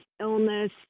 illness